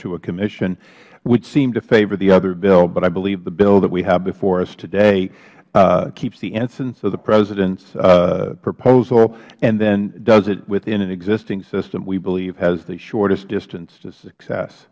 to a commission would seem to favor the other bill but i believe the bill that we have before us today keeps the instance of the presidents proposal and then does it within an existing system we believe has the shortest distance to success